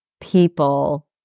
people